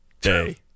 day